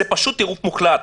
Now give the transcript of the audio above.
זה פשוט טירוף מוחלט.